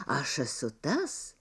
aš esu tas